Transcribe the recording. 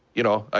you know,